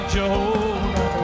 Jehovah